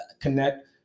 connect